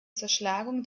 zerschlagung